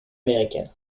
américaine